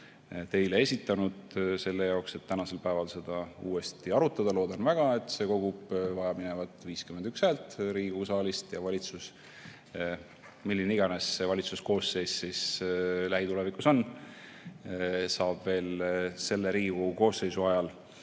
teile esitanud, et tänasel päeval seda uuesti arutada. Loodan väga, et see kogub vajaminevad 51 häält Riigikogu saalist ja valitsus, milline valitsuskoosseis iganes siis lähitulevikus on, saab veel selle Riigikogu koosseisu ajal